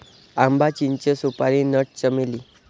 आंबा, चिंचे, सुपारी नट, चमेली